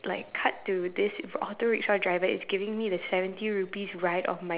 like cut to this if auto rickshaw driver is giving me the seventy rupees ride of my